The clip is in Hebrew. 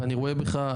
ואני רואה בך,